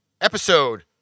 episode